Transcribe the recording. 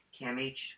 CAMH